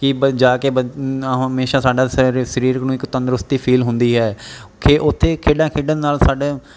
ਕਿ ਬ ਜਾ ਕੇ ਬੱ ਹਮੇਸ਼ਾ ਸਾਡਾ ਸਰ ਸਰੀਰਕ ਨੂੰ ਇੱਕ ਤੰਦਰੁਸਤੀ ਫੀਲ ਹੁੰਦੀ ਹੈ ਕਿ ਉੱਥੇ ਖੇਡਾਂ ਖੇਡਣ ਨਾਲ ਸਾਡੇ